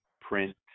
print